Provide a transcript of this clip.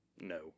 No